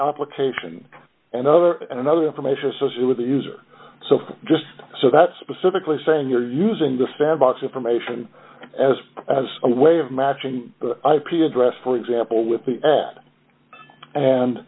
application and other another information associate with the user just so that's specifically saying you're using the sandbox information as as a way of matching ip address for example with the and